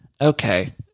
Okay